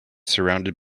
surounded